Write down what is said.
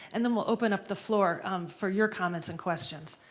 and then we'll open up the floor for your comments and questions.